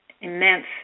immense